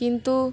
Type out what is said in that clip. কিন্তু